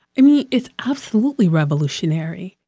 i mean, it's absolutely revolutionary.